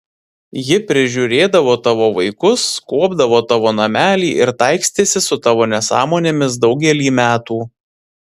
ji prižiūrėdavo tavo vaikus kuopdavo tavo namelį ir taikstėsi su tavo nesąmonėmis daugelį metų